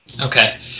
Okay